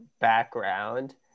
background